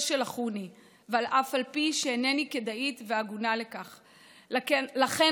שלחוני / ואף על פי שאיני כדאית והגונה לכך / לכן